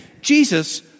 Jesus